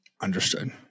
Understood